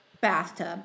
bathtub